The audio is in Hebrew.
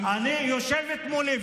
היא יושבת מולי,